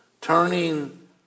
turning